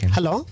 Hello